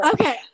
Okay